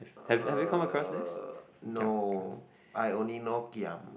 uh no I only know giam